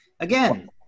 Again